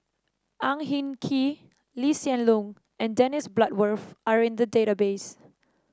Ang Hin Kee Lee Hsien Loong and Dennis Bloodworth are in the database